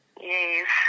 Yes